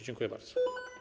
Dziękuję bardzo.